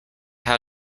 how